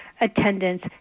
attendance